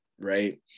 right